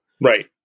Right